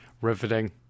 riveting